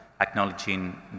acknowledging